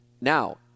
Now